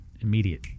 immediate